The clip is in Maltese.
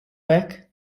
hekk